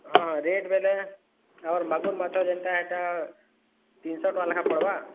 ହଁ ରେଟ୍ ବେଲେ ଆମର୍ ମାଗୁର୍ ମାଛ ଯେନ୍ଟା ହେଟା ତିନଶହ ଟଙ୍କା ଲେଁଖା ପଡ଼ବା